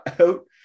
out